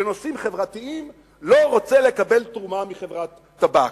לנושאים חברתיים, לא רוצה לקבל תרומה מחברת טבק.